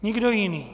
Nikdo jiný.